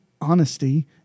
honesty